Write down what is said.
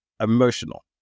emotional